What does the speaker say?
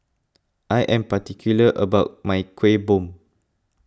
I am particular about my Kueh Bom